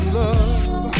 love